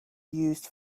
used